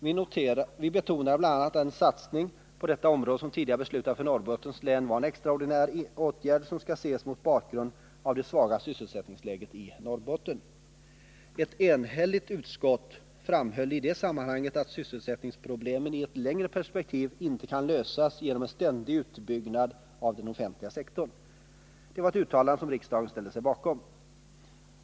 Vi betonar bl.a. att den satsning på detta område som tidigare beslutats för Norrbottens län var en extraordinär åtgärd, som skall ses mot bakgrund av det svaga sysselsättningsläget i Norrbotten. Ett enhälligt utskott framhöll i det sammanhanget att sysselsättningsproblemen i ett längre perspektiv inte kan lösas genom en ständig utbyggnad av den offentliga sektorn. Det var ett uttalande som riksdagen ställde sig bakom.